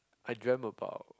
I dreamt about